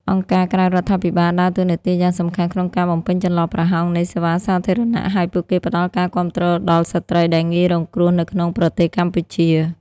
អង្គការក្រៅរដ្ឋាភិបាលដើរតួនាទីយ៉ាងសំខាន់ក្នុងការបំពេញចន្លោះប្រហោងនៃសេវាសាធារណៈ ហើយពួកគេផ្តល់ការគាំទ្រដល់ស្ត្រីដែលងាយរងគ្រោះនៅក្នុងប្រទេសកម្ពុជា។